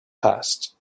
passed